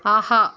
ஆஹா